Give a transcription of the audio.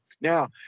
Now